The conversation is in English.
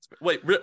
Wait